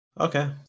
Okay